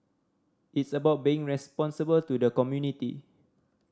it's about being responsible to the community